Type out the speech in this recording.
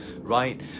right